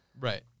Right